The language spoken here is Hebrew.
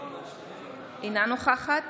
אינה נוכחת